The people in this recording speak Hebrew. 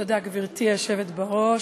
תודה, גברתי היושבת בראש.